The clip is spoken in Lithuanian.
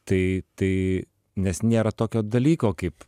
tai tai nes nėra tokio dalyko kaip